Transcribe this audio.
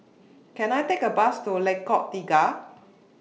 Can I Take A Bus to Lengkok Tiga